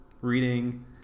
reading